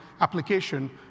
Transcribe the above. application